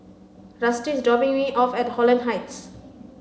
Rusty is dropping me off at Holland Heights